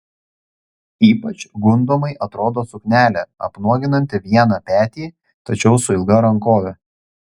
ypač gundomai atrodo suknelė apnuoginanti vieną petį tačiau su ilga rankove